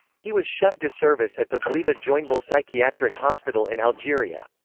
he was chef de service at the blida-joinville psychiatric hospital in algeria.